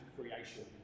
creation